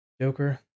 Joker